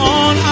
on